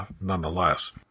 nonetheless